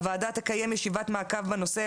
הוועדה תקיים ישיבת מעקב בנושא,